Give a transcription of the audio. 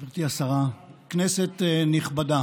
אדוני היושב-ראש, גברתי השרה, כנסת נכבדה,